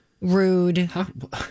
rude